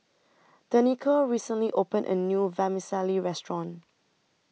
Danica recently opened A New Vermicelli Restaurant